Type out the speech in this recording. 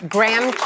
Graham